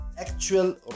actual